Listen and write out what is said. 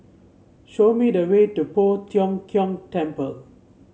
show me the way to Poh Tiong Kiong Temple